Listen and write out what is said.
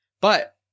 But-